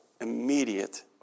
immediate